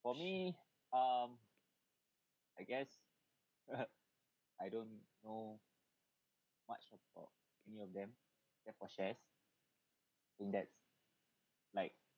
for me um I guess I don't know much about any of them except for shares index like